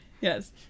Yes